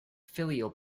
filial